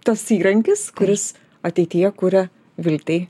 tas įrankis kuris ateityje kuria viltei